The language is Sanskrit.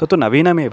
तत्तु नवीनमेव